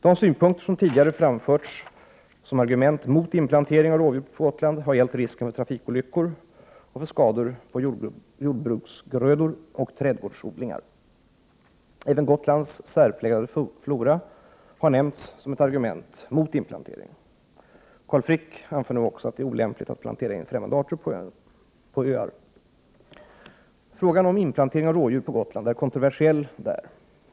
De synpunkter som tidigare framförts som argument mot inplantering av rådjur på Gotland har gällt risken för trafikolyckor och för skador på jordbruksgrödor och trädgårdsodlingar. Även Gotlands särpräglade flora har nämnts som ett argument mot inplantering. Carl Frick anför nu också att det är olämpligt att plantera in främmande arter på öar. Frågan om inplantering av rådjur på Gotland är kontroversiell där.